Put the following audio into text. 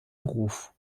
beruf